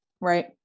Right